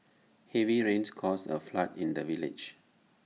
heavy rains caused A flood in the village